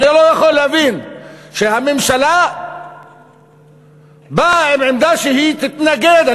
אני לא יכול להבין שהממשלה באה עם עמדה שהיא תתנגד,